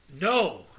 no